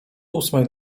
ósmej